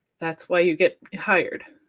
that's why you get hired.